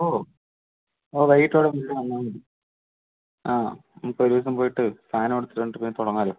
ഓ ഓ വൈകിട്ട് വല്ലതും ഇതിലേ വന്നാൽ മതി ആ നമുക്കൊരു ദിവസം പോയിട്ട് സാധനം എടുത്തിട്ട് വന്നിട്ട് തുടങ്ങാമല്ലോ